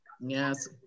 Yes